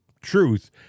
truth